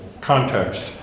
context